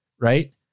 right